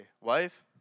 wife